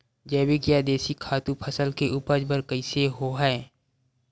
जैविक या देशी खातु फसल के उपज बर कइसे होहय?